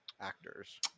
actors